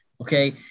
Okay